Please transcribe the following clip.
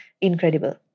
incredible